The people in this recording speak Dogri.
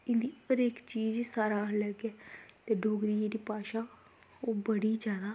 इंदी हर इक्क चीज़ सारें कशा लेइयै ते डोगरी जेह्ड़ी भाशा ओह् बड़ी जादा